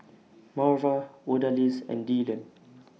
Marva Odalys and Dylon